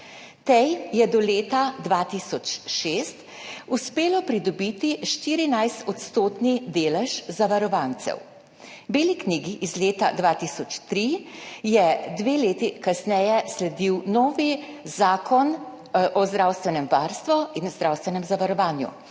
Tej je do leta 2006 uspelo pridobiti 14-odstotni delež zavarovancev. Beli knjigi iz leta 2003 je dve leti kasneje sledil nov Zakon o zdravstvenem varstvu in zdravstvenem zavarovanju.